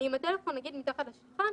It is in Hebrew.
אני עם הטלפון נגיד מתחת לשולחן,